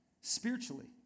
Spiritually